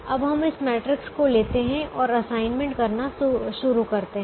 अब हम इस मैट्रिक्स को लेते हैं और असाइनमेंट करना शुरू करते हैं